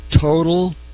total